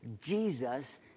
Jesus